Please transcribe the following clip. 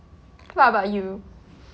what about you